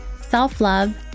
self-love